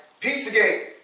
Pizzagate